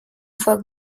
voit